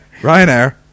Ryanair